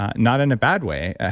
ah not in a bad way, ah